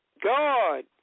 God